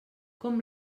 com